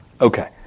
Okay